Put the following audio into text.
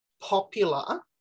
popular